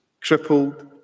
crippled